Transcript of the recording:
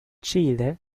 chile